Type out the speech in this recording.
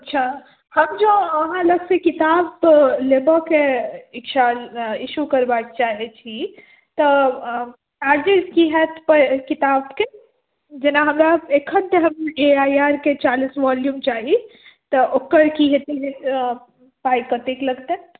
अच्छा हम जँ अहाँ लगसँ किताब लेबयके इच्छा इश्यू करबाक चाहैत छी तऽ आगे की हैत किताबके जेना हमरा एखन जे हम ए आइ आर के चालीस वोल्युम चाही तऽ ओकर की हेतै जे पाइ कतेक लगतै